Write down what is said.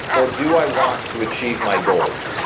or do i want to achieve my goals?